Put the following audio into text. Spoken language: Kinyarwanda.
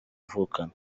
avukana